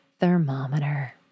thermometer